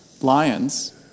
lions